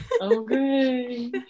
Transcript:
Okay